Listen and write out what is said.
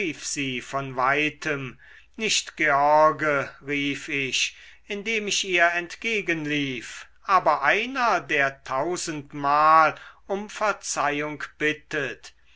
von weitem nicht george rief ich indem ich ihr entgegenlief aber einer der tausendmal um verzeihung bittet